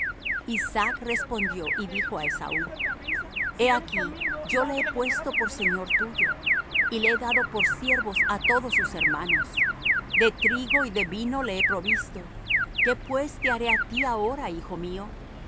isaac respondió y dijo á esaú he aquí yo le he puesto por señor tuyo y le he dado por siervos á todos sus hermanos de trigo y de vino le he provisto qué pues te haré á ti ahora hijo mío